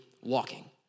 walking